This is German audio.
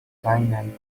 seinem